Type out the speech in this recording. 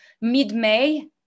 mid-May